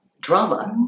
Drama